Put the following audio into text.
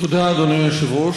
תודה, אדוני היושב-ראש.